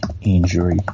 injury